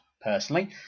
personally